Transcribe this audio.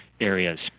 areas